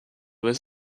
with